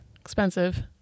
expensive